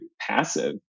passive